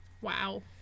Wow